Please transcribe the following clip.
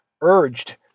urged